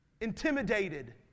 intimidated